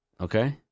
Okay